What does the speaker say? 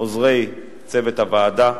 עוזרי צוות הוועדה,